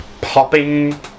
popping